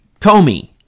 Comey